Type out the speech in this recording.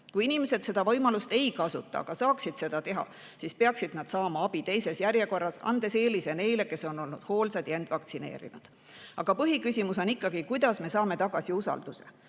Kui inimesed seda võimalust ei kasuta, aga saaksid seda teha, siis peaksid nad saama abi teises järjekorras, andes eelise neile, kes on olnud hoolsad ja end vaktsineerinud. Aga põhiküsimus on, kuidas me saame tagasi usalduse.